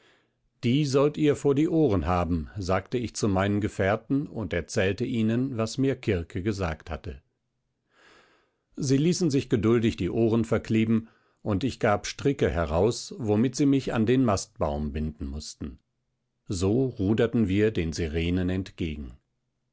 das sollt ihr vor die ohren haben sagte ich zu meinen gefährten und erzählte ihnen was mir kirke gesagt hatte sie ließen sich geduldig die ohren verkleben und ich gab stricke heraus womit sie mich an den mastbaum binden mußten so ruderten wir den sirenen entgegen